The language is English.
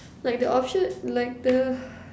like the option like the